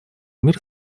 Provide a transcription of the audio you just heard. мир